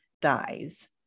dies